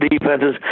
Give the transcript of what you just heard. defenses